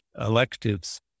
electives